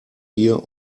hier